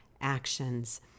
actions